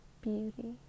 beauty